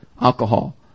alcohol